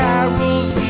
Carols